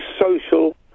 social